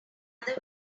other